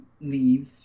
leave